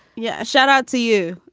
yeah. shout out to you.